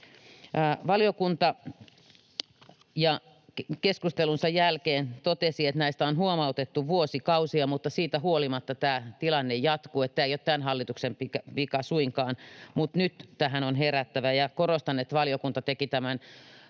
Valiokunta keskustelunsa jälkeen totesi, että näistä on huomautettu vuosikausia mutta siitä huolimatta tilanne jatkuu. Tämä ei suinkaan ole tämän hallituksen vika, mutta nyt tähän on herättävä, ja korostan, että valiokunnassa kaikki